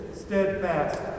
steadfast